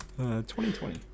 2020